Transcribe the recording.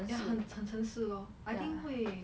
ya 很很城市 lor I think 会